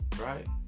right